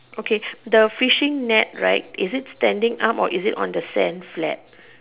okay the fishing net right is it standing up or is it on the sand flat